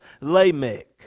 Lamech